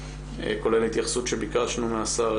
כולל התייחסות שביקשנו מהשר